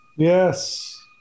Yes